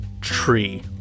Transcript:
tree